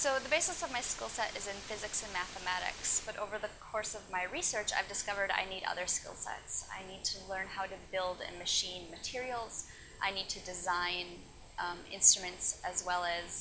so the basis of my skill set is in physics and mathematics but over the course of my research i've discovered i need other skills i need to learn how to build and machine materials i need to design instruments as well as